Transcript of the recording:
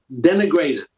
denigrated